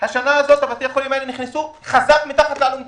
השנה הזאת בתי החולים האלה נכנסו חזק מתחת לאלונקה.